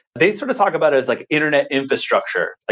they sort of talk about it as like internet infrastructure.